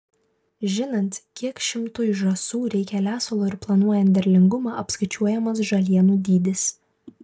žinant kiek šimtui žąsų reikia lesalo ir planuojant derlingumą apskaičiuojamas žalienų dydis